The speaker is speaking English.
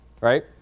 right